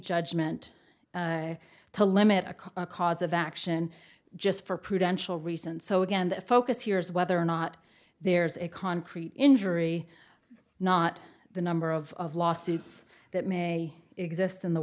judgment to limit a cause of action just for prudential recent so again the focus here is whether or not there's a concrete injury not the number of lawsuits that may exist in the